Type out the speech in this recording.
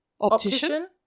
Optician